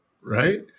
Right